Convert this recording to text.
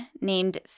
named